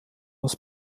das